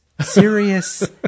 serious